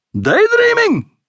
Daydreaming